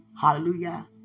Hallelujah